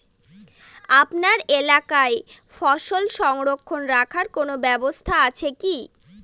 আপনার এলাকায় ফসল সংরক্ষণ রাখার কোন ব্যাবস্থা আছে কি?